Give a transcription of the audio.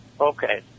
Okay